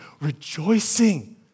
rejoicing